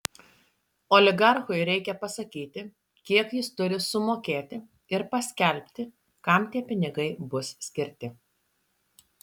oligarchui reikia pasakyti kiek jis turi sumokėti ir paskelbti kam tie pinigai bus skirti